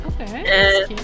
Okay